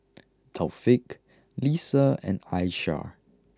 Taufik Lisa and Aishah